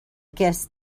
guess